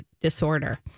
disorder